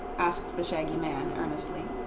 asked the shaggy man, earnestly.